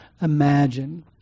imagine